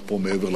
מעבר לכביש,